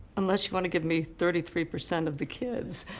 unless you want to give me thirty three percent of the kids.